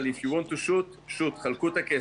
אבל If you want to shoot, shoot חלקו את הכסף.